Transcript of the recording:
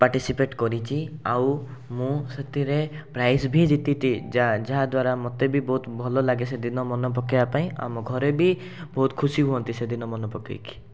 participate କରିଛି ଆଉ ମୁଁ ସେଥିରେ ପ୍ରାଇଜ୍ ବି ଜିତିଛି ଯାହା ଯାହାଦ୍ୱାରା ମୋତେ ବି ବହୁତ ଭଲଲାଗେ ସେ ଦିନ ମନେ ପକେଇବା ପାଇଁ ଆମ ଘରେ ବି ବହୁତ ଖୁସି ହୁଅନ୍ତି ସେ ଦିନ ମନେ ପକେଇକି